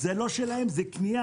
זה לא שלהם, זה קנייה.